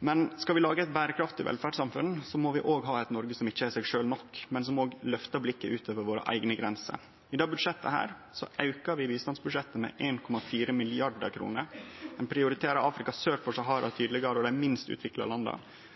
Men skal vi lage eit berekraftig velferdssamfunn, må vi ha eit Noreg som ikkje er seg sjølv nok, men som òg løfter blikket utover eigne grenser. I dette budsjettet aukar vi bistandsbudsjettet med 1,4 mrd. kr, og ein prioriterer Afrika sør for Sahara – dei minst utvikla landa – tydelegare. Ein rettar meir av bistanden inn mot utdanning, slik at fleire menneske kan klare seg sjølve. Ikkje minst